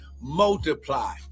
multiply